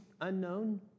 unknown